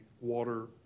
water